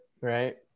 right